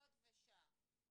דקות ושעה.